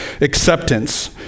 acceptance